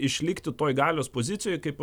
išlikti toj galios pozicijoj kaip